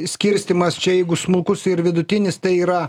skirstymas čia jeigu smulkus ir vidutinis tai yra